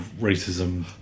racism